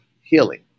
healing